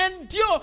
endure